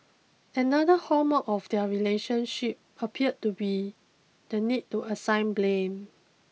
another hallmark of their relationship appeared to be the need to assign blame